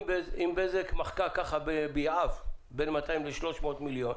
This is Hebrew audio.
אם בזק מחקה ביעף בין 200 ל-300 מיליון,